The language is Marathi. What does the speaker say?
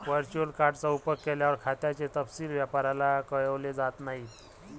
वर्चुअल कार्ड चा उपयोग केल्यावर, खात्याचे तपशील व्यापाऱ्याला कळवले जात नाहीत